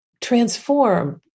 transform